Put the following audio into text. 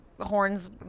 horns